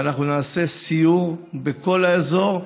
ואנחנו נעשה סיור בכל האזור,